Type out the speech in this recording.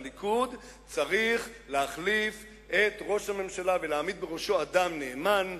והליכוד צריך להחליף את ראש הממשלה ולהעמיד בראשו אדם נאמן,